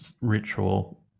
ritual